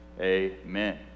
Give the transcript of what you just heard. amen